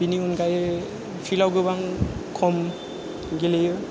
बेनि अनगायै फिल्डाव गोबां खम गेलेयो